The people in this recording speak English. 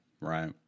Right